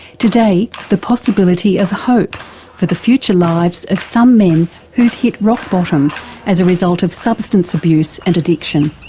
today, the possibility of hope for the future lives of some men who've hit rock bottom as a result of substance abuse and addiction.